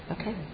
Okay